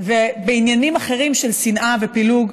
ובעניינים אחרים של שנאה ופילוג,